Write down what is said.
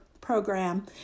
Program